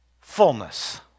fullness